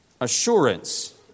assurance